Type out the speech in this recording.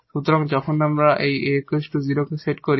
সুতরাং যখন আমরা এই 𝑎 0 সেট করি